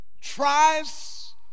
tries